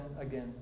again